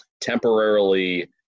temporarily